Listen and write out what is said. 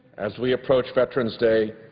as we approach veterans day,